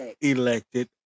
elected